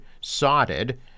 sodded